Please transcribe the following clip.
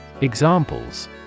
Examples